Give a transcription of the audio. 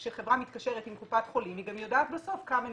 כשחברה מתקשרת עם קופת חולים היא גם יודעת בסוף כמה נרכש,